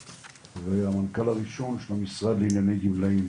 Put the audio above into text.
והמנכ"ל הראשון של המשרד לענייני גמלאים